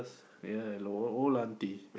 yea old auntie